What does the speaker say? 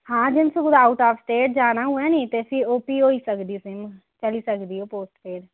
हां जि'यां कुतें आउट आफ स्टेट जाना होऐ निं ते फ्ही ओह् होई सकदी सिम चली सकदी ओह् पोस्टपेड